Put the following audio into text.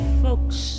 folks